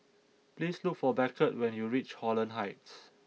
please look for Beckett when you reach Holland Heights